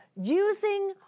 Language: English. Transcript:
using